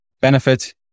benefit